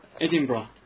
Edinburgh